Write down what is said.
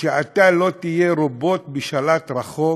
שאתה לא תהיה רובוט בשלט רחוק